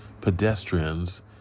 pedestrians